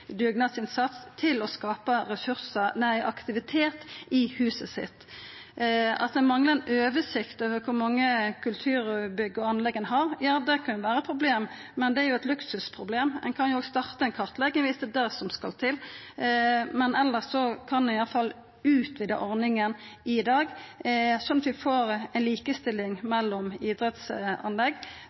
dugnadsinnsats til å skapa aktivitet i huset sitt. At det manglar ei oversikt over kor mange kulturbygg og anlegg ein har, ja, det kan vera eit problem, men det er eit luksusproblem. Ein kan starta ei kartlegging viss det er det som skal til. Men elles kan ein i alle fall utvida ordninga vi har i dag, slik at vi får ei likestilling mellom